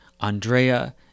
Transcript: Andrea